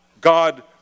God